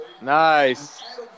Nice